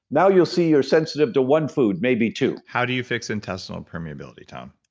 now, you'll see you're sensitive to one food, maybe two how do you fix intestinal permeability, tom?